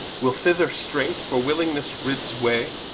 will thither straight, for willingnesse rids way,